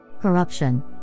corruption